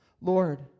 Lord